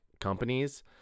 companies